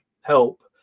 help